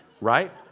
Right